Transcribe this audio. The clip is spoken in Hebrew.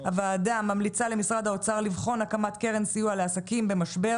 הוועדה ממליצה למשרד האוצר לבחון הקמת קרן סיוע לעסקים במשבר